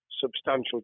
substantial